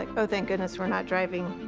like oh thank goodness we're not driving,